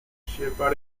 sheppard